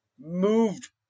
moved